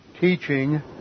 teaching